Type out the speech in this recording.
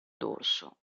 dorso